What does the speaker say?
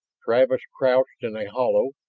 travis crouched in a hollow,